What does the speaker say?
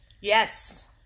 Yes